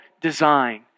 design